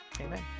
Amen